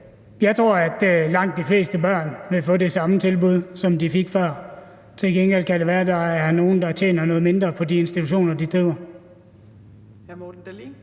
Jeg tror, at langt de fleste børn vil få det samme tilbud, som de fik før, men til gengæld kan det være, der er nogle, der tjener noget mindre på de institutioner, de driver.